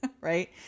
right